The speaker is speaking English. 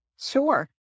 Sure